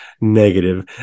negative